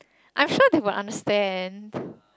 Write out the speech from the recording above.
I'm sure they will understand